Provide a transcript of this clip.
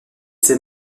ses